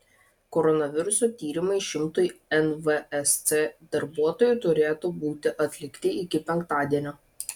koronaviruso tyrimai šimtui nvsc darbuotojų turėtų būti atlikti iki penktadienio